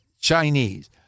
Chinese